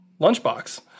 Lunchbox